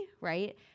right